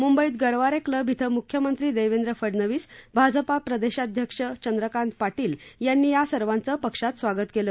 मुंबईत गरवारे क्लब इथं मुख्यमंत्री देवेंद्र फडनवीस भाजपा प्रदेशाध्यक्ष चंद्रकांत पाटील यांनी या सर्वांचं पक्षात स्वागत केलं